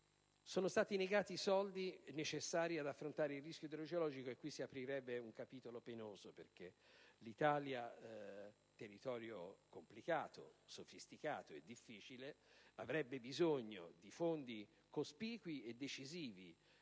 Sono stati negati i soldi necessari ad affrontare il rischio idrogeologico. A tale proposito, si aprirebbe un capitolo penoso perché l'Italia è un territorio complicato, sofisticato e difficile, che avrebbe bisogno di fondi cospicui e decisivi